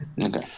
Okay